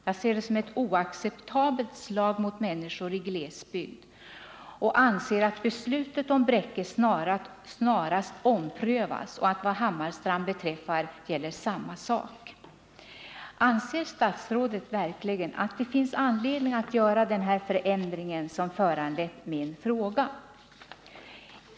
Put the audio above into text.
Jag ser det som ett oacceptabelt slag mot människor i glesbygd och anser att beslutet om Bräcke snarast bör omprövas. Samma sak gäller vad Hammarstrand beträffar. Jag vill mot den här bakgrunden fråga: Anser verkligen statsrådet att det finns anledning att göra den förändring som föranlett min fråga?